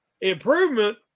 improvement